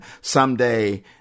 someday